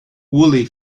woolley